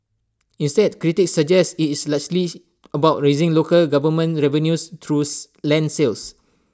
instead critics suggest IT is largely about raising local government revenues land sales